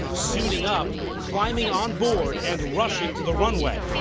suiting up, climbing onboard and rushing to the runway.